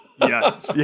Yes